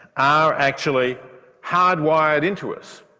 are actually hardwired into us.